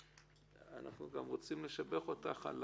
אבל אנחנו רוצים לשבח אותך גם על